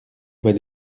vois